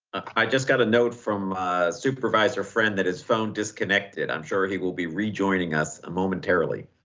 i just got a note from a supervisor friend that his phone disconnected. i'm sure he will be rejoining us momentarily.